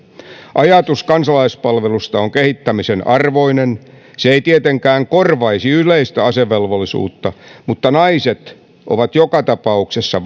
ajatus kansalaispalvelusta on kehittämisen arvoinen se ei tietenkään korvaisi yleistä asevelvollisuutta mutta naiset ovat joka tapauksessa